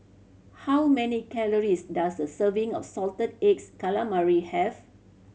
how many calories does a serving of salted eggs calamari have